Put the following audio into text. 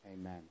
amen